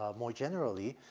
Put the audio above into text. more generally,